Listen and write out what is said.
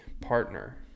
partner